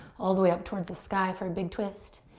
all the way up towards the sky for a big twist.